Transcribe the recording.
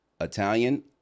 Italian